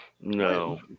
No